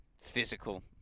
physical